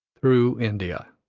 through india.